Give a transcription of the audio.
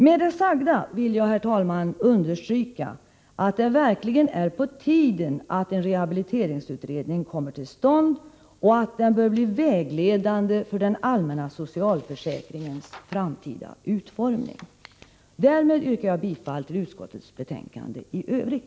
Med det sagda vill jag, herr talman, understryka att det verkligen är på tiden att en rehabiliteringsutredning kommer till stånd, och att den bör bli vägledande för den allmänna socialförsäkringens framtida utformning. Därmed yrkar jag bifall till utskottets hemställan i övrigt.